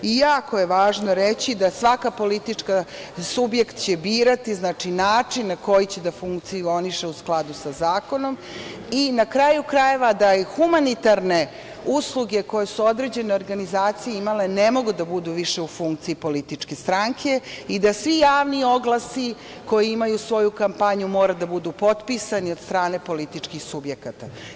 I jako je važno reći da svaki politički subjekt će birati način na koji će da funkcioniše u skladu sa zakonom i na kraju krajeva, da i humanitarne usluge, koje su određene organizacije imale, ne mogu da budu više u funkciji političke stranke i da svi javni oglasi koji imaju svoju kampanju moraju da budu potpisani od strane političkih subjekata.